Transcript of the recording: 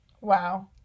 wow